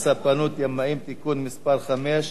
הספנות (ימאים) (תיקון מס' 5),